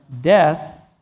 death